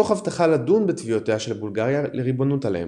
תוך הבטחה לדון בתביעותיה של בולגריה לריבונות עליהם.